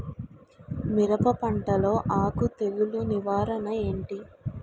మిరప పంటలో ఆకు తెగులు నివారణ ఏంటి?